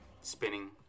spinning